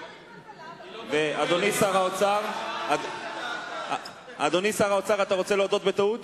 אה, אדוני שר האוצר, אתה רוצה להודות בטעות?